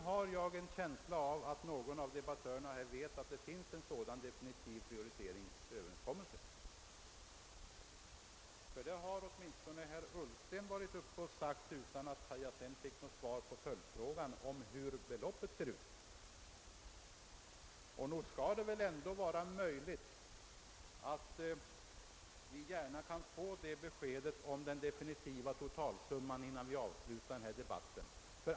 Jag har en känsla av att någon av debattörerna vet att det finns .en sådan definitiv prioriteringsöverenskommelse. Det har åtminstone herr Ullsten sagt utan att jag sedan fick svar på min följdfråga hur beloppet ser ut. Det skall väl ändå vara möjligt att få besked om den definitiva totalsumman innan vi avslutar denna debatt.